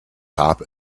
top